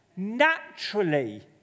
naturally